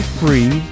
free